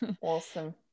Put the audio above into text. Awesome